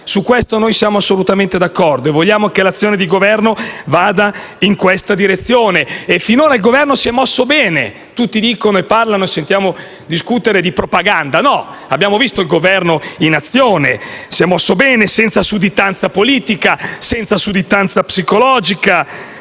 Su questo noi siamo assolutamente d'accordo e vogliamo che l'azione di Governo vada in questa direzione. E finora il Governo si è mosso bene. Tutti parlano, e noi sentiamo discutere di propaganda. No! Abbiamo visto il Governo in azione. Si è mosso bene, senza sudditanza politica e psicologica,